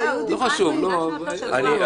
חייבים לתת לזה פתרון.